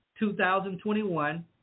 2021